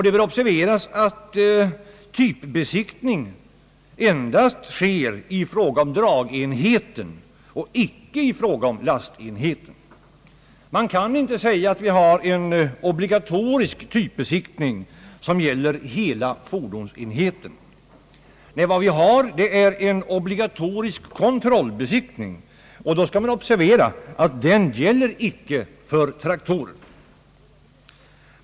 Det bör observeras att typbesiktningar endast sker i fråga om dragenheten, icke i fråga om lastenheten. Man kan inte säga att vi har en obligatorisk typbesiktning som gäller hela fordonsenheten. Nej, vad vi har är en obligatorisk kontrollbesiktning, och då skall man observera att den icke gäller för traktorer.